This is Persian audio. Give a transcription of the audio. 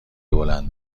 بلند